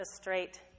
straight